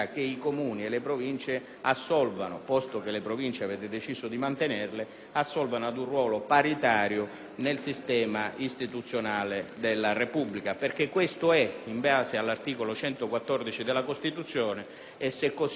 Province, posto che veramente si sia deciso di mantenerle, di assolvere ad un ruolo paritario nel sistema istituzionale della Repubblica. Così è in base all'articolo 114 della Costituzione. E se così è - e abbiamo tutti